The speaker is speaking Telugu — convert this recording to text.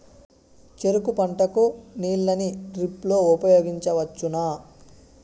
చెరుకు పంట కు నీళ్ళని డ్రిప్ లో ఉపయోగించువచ్చునా?